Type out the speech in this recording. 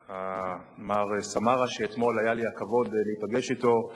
מר סמאראס, שאתמול היה לי הכבוד להיפגש אתו.